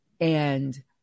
And-